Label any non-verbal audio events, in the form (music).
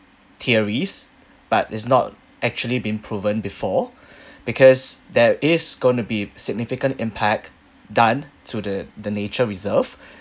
theories but it's not actually been proven before (breath) because there is gonna be significant impact done to the the nature reserve